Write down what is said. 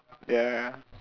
ya ya